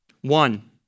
One